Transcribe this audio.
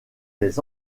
des